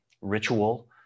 ritual